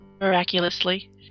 Miraculously